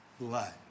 blood